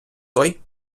той